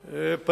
כמוך,